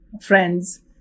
friends